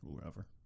Whoever